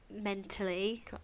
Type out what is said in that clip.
mentally